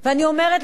אני אומרת לך,